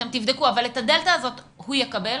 אתם תבדקו אבל את הדלתא הזאת הוא יקבל?